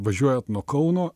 važiuojat nuo kauno